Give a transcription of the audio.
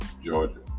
Georgia